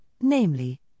namely